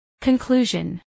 Conclusion